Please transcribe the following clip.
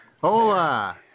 Hola